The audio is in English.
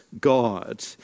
God